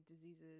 diseases